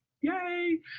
Yay